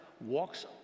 walks